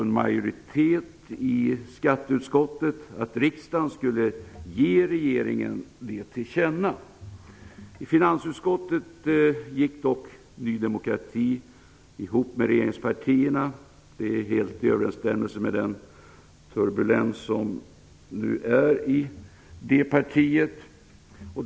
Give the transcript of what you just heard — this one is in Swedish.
En majoritet i skatteutskottet ansåg att riksdagen skulle ge regeringen det till känna. I finansutskottet gick dock Ny demokrati ihop med regeringspartierna. Det är helt i överensstämmelse med den turbulens som nu råder i det partiet.